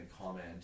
comment